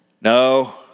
no